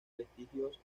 vestigios